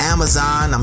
Amazon